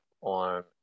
on